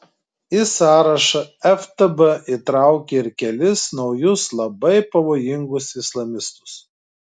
į sąrašą ftb įtraukė ir kelis naujus labai pavojingus islamistus